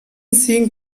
seeing